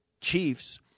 Chiefs